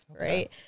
right